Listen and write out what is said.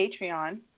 Patreon